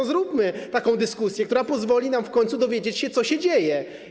Przeprowadźmy dyskusję, która pozwoli nam w końcu dowiedzieć się, co się dzieje.